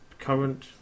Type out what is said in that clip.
Current